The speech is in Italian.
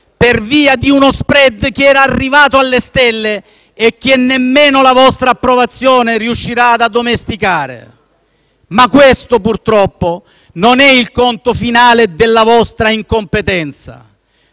per via di uno*spread* che era arrivato alle stelle e che nemmeno la vostra approvazione riuscirà ad addomesticare. Ma questo, purtroppo, non è il conto finale della vostra incompetenza.